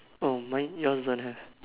oh mine yours don't have